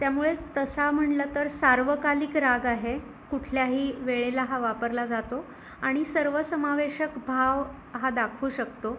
त्यामुळेच तसा म्हटलं तर सार्वकालिक राग आहे कुठल्याही वेळेला हा वापरला जातो आणि सर्व समावेशक भाव हा दाखवू शकतो